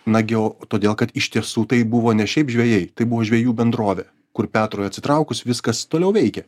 nagi o todėl kad iš tiesų tai buvo ne šiaip žvejai tai buvo žvejų bendrovė kur petrui atsitraukus viskas toliau veikė